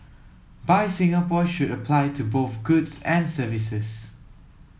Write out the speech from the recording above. buy Singapore should apply to both goods and services